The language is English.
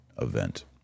event